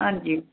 हंजी